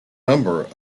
number